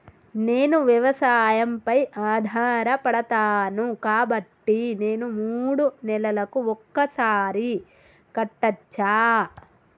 నేను వ్యవసాయం పై ఆధారపడతాను కాబట్టి నేను మూడు నెలలకు ఒక్కసారి కట్టచ్చా?